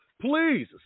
please